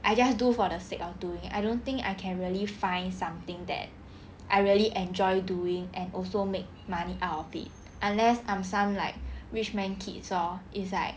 I just do for the sake of doing I don't think I can really find something that I really enjoy doing and also make money out of it unless I'm some like rich man kids lor it's like